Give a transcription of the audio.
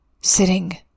sitting